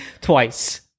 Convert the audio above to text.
Twice